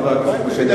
חבר הכנסת משה גפני.